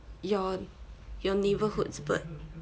your your neighbourhood's bird